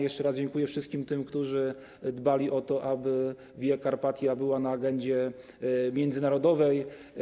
Jeszcze raz dziękuję wszystkim tym, którzy dbali o to, aby Via Carpatia była na agendzie międzynarodowej.